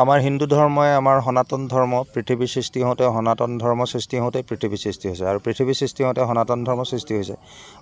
আমাৰ হিন্দু ধৰ্মই আমাৰ সনাতন ধৰ্ম পৃথিৱীৰ সৃষ্টি হওঁতে সনাতন ধৰ্ম সৃষ্টি হওঁতেই পৃথিৱী সৃষ্টি হৈছে আৰু পৃথিৱী সৃষ্টি হওঁতে সনাতন ধৰ্ম সৃষ্টি হৈছে